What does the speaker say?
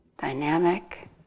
dynamic